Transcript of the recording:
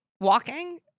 Walking